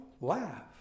laugh